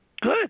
Good